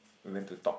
we went to talk